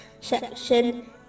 section